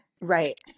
Right